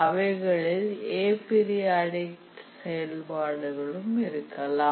அவைகளில் aperiodic செயல்பாடுகளும் இருக்கலாம்